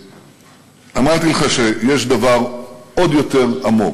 אמרתי לך שיש דבר עוד יותר עמוק.